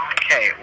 okay